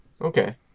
Okay